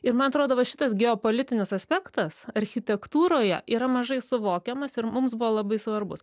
ir man atrodo va šitas geopolitinis aspektas architektūroje yra mažai suvokiamas ir mums buvo labai svarbus